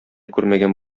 күрмәгән